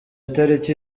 itariki